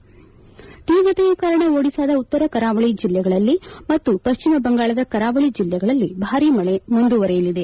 ಗಾಳಿಯ ತೀವ್ರತೆಯ ಕಾರಣ ಒಡಿಶಾದ ಉತ್ತರ ಕರಾವಳಿ ಜಿಲ್ಲೆಗಳಲ್ಲಿ ಮತ್ತು ಪಶ್ಚಿಮ ಬಂಗಾಳದ ಕರಾವಳಿ ಜಿಲ್ಲೆಗಳಲ್ಲಿ ಭಾರೀ ಮಳೆ ಮುಂದುವರೆಯಲಿದೆ